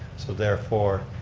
so therefore,